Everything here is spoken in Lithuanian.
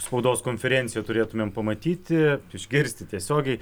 spaudos konferenciją turėtumėm pamatyti išgirsti tiesiogiai